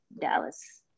Dallas